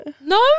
No